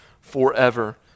forever